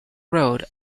road